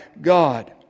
God